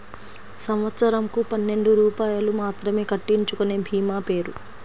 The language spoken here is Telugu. సంవత్సరంకు పన్నెండు రూపాయలు మాత్రమే కట్టించుకొనే భీమా పేరు?